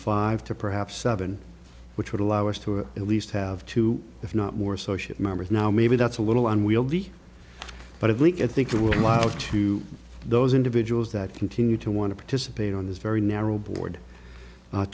five to perhaps seven which would allow us to at least have two if not more associate members now maybe that's a little unwieldy but at least at think we would love to those individuals that continue to want to participate on this very narrow board